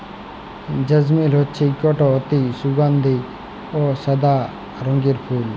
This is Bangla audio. জেসমিল হছে ইকট অতি সুগাল্ধি অ সাদা রঙের ফুল